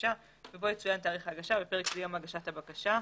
הבקשה ובו יצוין תאריך ההגשה (בפרק זה "יום הגשת הבקשה").